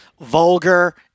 vulgar